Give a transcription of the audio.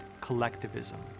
collectivism